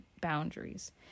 boundaries